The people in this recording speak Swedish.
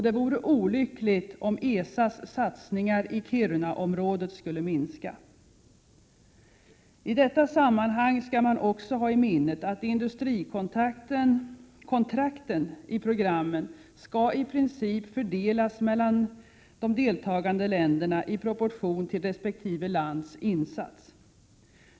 Det vore olyckligt om ESA:s satsningar i Kirunaområdet skulle minska. I detta sammanhang skall man också ha i minnet att industrikontrakten i programmen i princip skall fördelas mellan de deltagande länderna i proportion till resp. lands insats.